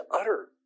utter